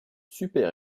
super